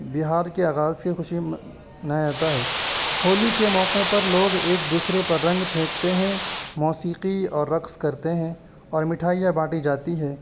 بہار کے آغاز سے خوشی میں منایا جاتا ہے ہولی کے موقع پر لوگ ایک دوسرے پر رنگ پھینکتے ہیں موسیقی اور رقص کرتے ہیں اور مٹھائیاں بانٹی جاتی ہے